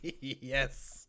Yes